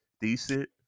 decent